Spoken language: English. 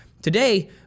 Today